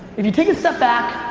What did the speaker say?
if you take a step back,